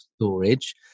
storage